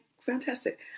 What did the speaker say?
fantastic